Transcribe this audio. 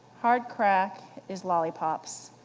hard crack is lollipops.